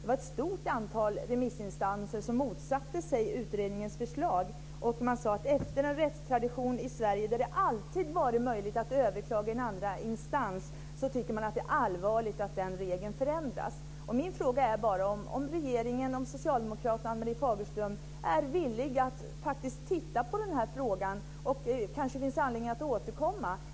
Det var ett stort antal remissinstanser som motsatte sig utredningens förslag, och i och med att man har haft en rättstradition i Sverige där det alltid har varit möjligt att överklaga i en andra instans så tyckte man att det var allvarligt att den regeln förändrades. Min fråga är bara om regeringen, socialdemokraterna och Ann-Marie Fagerström är villiga att faktiskt titta på den här frågan. Det kanske finns anledning att återkomma.